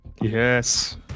yes